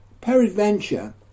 Peradventure